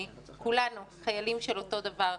כולנו חיילים של אותו דבר,